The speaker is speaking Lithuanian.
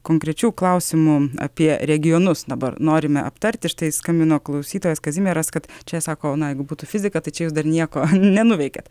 konkrečių klausimų apie regionus dabar norime aptarti štai skambino klausytojas kazimieras kad čia sako na jeigu būtų fizika tai čia jūs dar nieko nenuveikėt